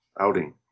outing